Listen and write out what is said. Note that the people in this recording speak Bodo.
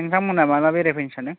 नोंथांमोनहा माब्ला बेरायफैनो सानदों